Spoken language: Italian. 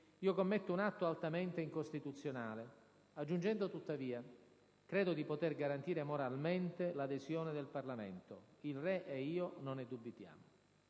io commetto un atto altamente incostituzionale», aggiungendo tuttavia: «Credo di poter garantire moralmente l'adesione del Parlamento. Il re e io non ne dubitiamo».